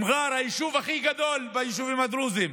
מר'אר, היישוב הכי גדול ביישובים הדרוזיים,